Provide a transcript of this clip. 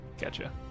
Gotcha